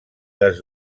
les